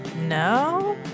No